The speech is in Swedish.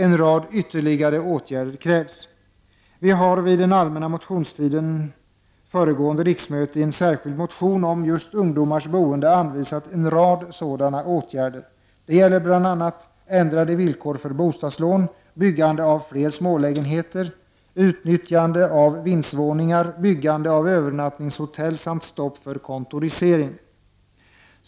En rad ytterligare åtgärder krävs. Vi har under den allmänna motionstiden föregående riksmöte i en särskild motion om ungdomars boende anvisat en rad sådana åtgärder. De gällde bl.a. ändrade villkor för bostadslån, byggande av fler smålägenheter, utnyttjande av vindsvåningar, byggande av övernattningshotell samt stopp för kontorisering.